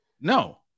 no